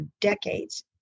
decades